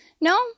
no